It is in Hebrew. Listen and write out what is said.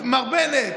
מר בנט.